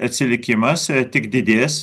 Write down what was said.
atsilikimas tik didės